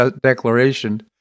declaration